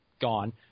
gone